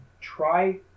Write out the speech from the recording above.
try